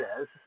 says